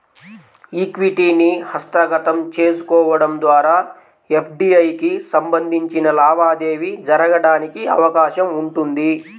ఈక్విటీని హస్తగతం చేసుకోవడం ద్వారా ఎఫ్డీఐకి సంబంధించిన లావాదేవీ జరగడానికి అవకాశం ఉంటుంది